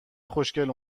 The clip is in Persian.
خوشگل